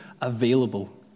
available